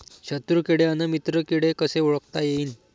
शत्रु किडे अन मित्र किडे कसे ओळखता येईन?